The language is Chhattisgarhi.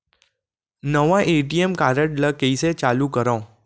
नवा ए.टी.एम कारड ल कइसे चालू करव?